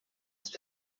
ist